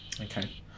Okay